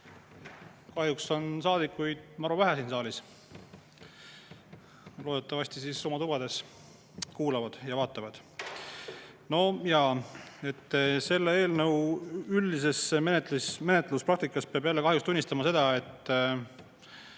Kahjuks on saadikuid maru vähe siin saalis. Loodetavasti oma tubades kuulavad ja vaatavad. Nojaa, selle eelnõu üldise menetluspraktika kohta peab jälle kahjuks tunnistama seda, et